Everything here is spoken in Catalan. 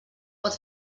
pot